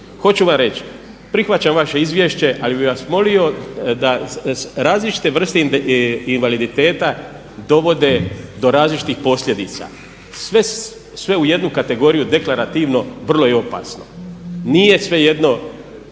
Hoću vam reći prihvaćam vaše izvješće ali bih vas molio da, različite vrste invaliditeta dovode do različitih posljedica, sve u jednu kategoriju deklarativno vrlo je opasno. Nije svejedno